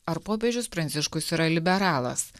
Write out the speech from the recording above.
ar popiežius pranciškus yra liberalas